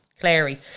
clary